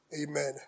Amen